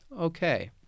Okay